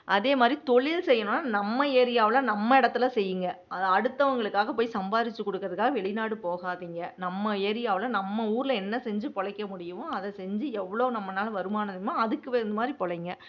அதேமாதிரி தொழில் செய்யணுன்னால் நம்ம ஏரியாவில் நம்ம இடத்துல செய்யுங்க அதை அடுத்தவங்களுக்காக போய் சம்பாரித்து கொடுக்கறதுக்காக வெளிநாடு போகாதிங்க நம்ம ஏரியாவில் நம்ம ஊரில் என்ன செஞ்சு பிழைக்க முடியுமோ அதை செஞ்சு எவ்வளோ நம்மளால வருமானம் அதுக்கு மாதிரி பிழைங்க